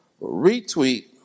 Retweet